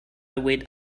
wait